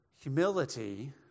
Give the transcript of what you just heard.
Humility